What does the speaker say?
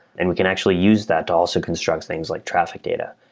and we can actually use that to also construct things like traffic data,